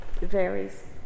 varies